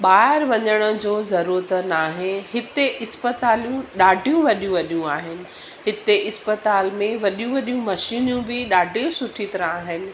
ॿाहिरि वञण जो ज़रूरुत न आहे हिते इस्पतालियूं ॾाढियूं वॾियूं वॾियूं आहिनि हिते इस्पताल में वॾियूं वॾियूं मशीनियूं बि ॾाढियूं सुठी तरह आहिनि